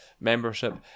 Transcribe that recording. membership